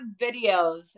videos